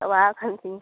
ᱚᱭᱟ ᱠᱷᱟᱱ ᱛᱤᱧ